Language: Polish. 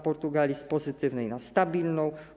Portugalia - z pozytywnej na stabilną.